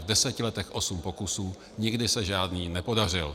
V deseti letech osm pokusů, nikdy se žádný nepodařil!